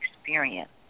experience